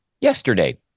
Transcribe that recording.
yesterday